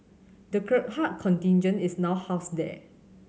the Gurkha contingent is now housed there